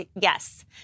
yes